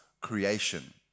creation